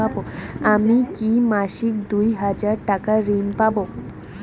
আমি কি মাসিক দুই হাজার টাকার ঋণ পাব?